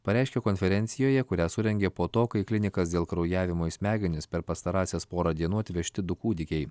pareiškė konferencijoje kurią surengė po to kai klinikas dėl kraujavimo į smegenis per pastarąsias porą dienų atvežti du kūdikiai